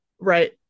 Right